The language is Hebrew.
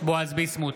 בועז ביסמוט,